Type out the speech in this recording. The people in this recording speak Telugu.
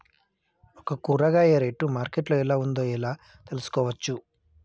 ఒక కూరగాయ రేటు మార్కెట్ లో ఎలా ఉందో ఎలా తెలుసుకోవచ్చు?